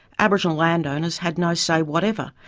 aboriginal landowners had no say whatever,